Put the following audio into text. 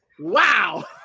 Wow